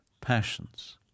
passions